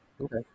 Okay